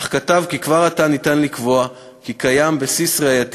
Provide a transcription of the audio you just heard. אך כתב כי כבר עתה אפשר לקבוע כי יש בסיס ראייתי